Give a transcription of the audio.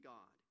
God